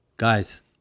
Guys